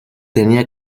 tenía